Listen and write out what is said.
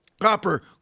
proper